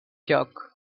joc